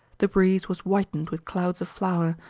the breeze was whitened with clouds of flour,